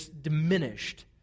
diminished